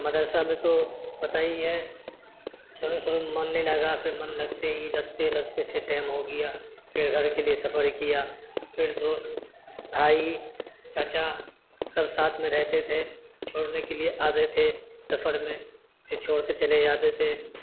مدرسہ میں تو پتہ ہی ہے شروع شروع من نہیں لگا پھر من لگتے ہی لگتے لگتے پھر ٹائم ہو گیا پھر گھر کے لیے سفر کیا پھر دوست بھائی چاچا سب ساتھ میں رہتے تھے چھوڑنے کے لیے آتے تھے سفر میں پھر چھوڑ کے چلے جاتے تھے